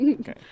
Okay